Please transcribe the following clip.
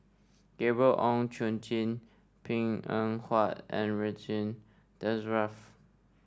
Gabriel Oon Chong Jin Png Eng Huat and Ridzwan Dzafir